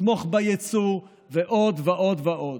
נתמוך ביצוא ועוד ועוד ועוד.